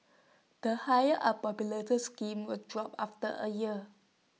the higher unpopular the scheme was dropped after A year